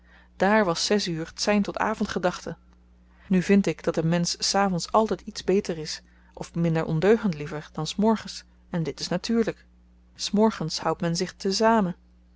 dààr was zes uur t sein tot avendgedachten nu vind ik dat een mensch s avends altyd iets beter is of minder ondeugend liever dan s morgens en dit is natuurlyk s morgens houdt men zich